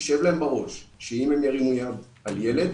ישב להם בראש שאם הם ירימו יד על ילד,